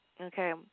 okay